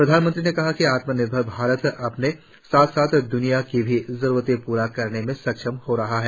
प्रधानमंत्री ने कहा कि आत्मनिर्भर भारत अपने साथ साथ द्रनिया की भी जरूरतें पूरी करने में सक्षम हो रहा है